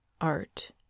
art